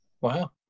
Wow